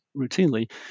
routinely